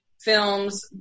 films